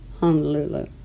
Honolulu